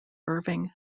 irving